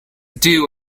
dew